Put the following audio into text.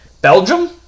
Belgium